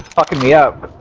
pocket ie up